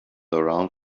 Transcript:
around